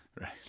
Right